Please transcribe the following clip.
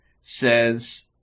says